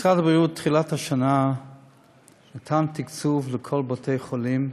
משרד הבריאות בתחילת השנה נתן תקציב לכל בתי-החולים,